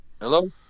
hello